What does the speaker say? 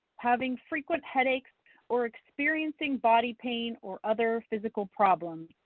having frequent headaches or experiencing body pain or other physical problems,